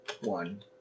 one